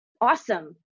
awesome